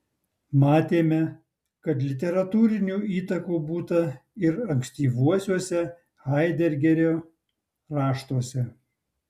matėme kad literatūrinių įtakų būta ir ankstyvuosiuose haidegerio raštuose